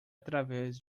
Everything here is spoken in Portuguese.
através